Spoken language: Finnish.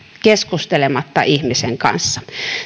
keskustelematta ihmisen kanssa